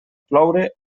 ploure